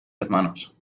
hermanos